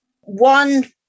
one